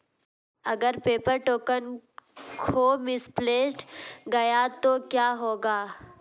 अगर paper token खो misplaced गया तो क्या होगा?